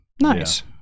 nice